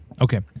Okay